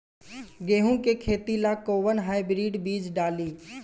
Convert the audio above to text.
गेहूं के खेती ला कोवन हाइब्रिड बीज डाली?